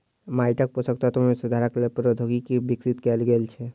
माइटक पोषक तत्व मे सुधारक लेल प्रौद्योगिकी विकसित कयल गेल छै